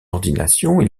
ordination